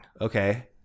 okay